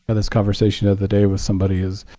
but this conversation of the day with somebody is